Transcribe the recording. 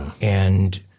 and-